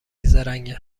زرنگه